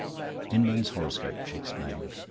inman's horoscope, she explained.